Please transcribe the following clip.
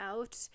out